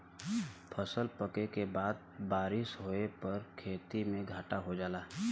फसल पके के बाद बारिस होए पर खेती में घाटा हो जाला